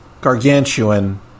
gargantuan